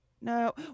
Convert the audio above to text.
No